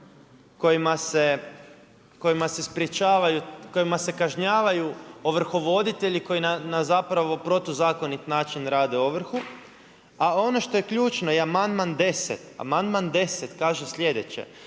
kojima se kažnjavaju ovrhovoditelji koji na zapravo protuzakonit način rade ovrhu. A ono što je ključno je amandman 10. Amandman 10. kaže sljedeće: